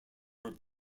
were